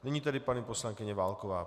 Nyní tedy paní poslankyně Válková.